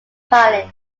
palin